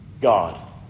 God